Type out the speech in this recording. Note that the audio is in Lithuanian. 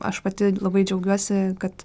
aš pati labai džiaugiuosi kad